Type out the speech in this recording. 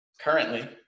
Currently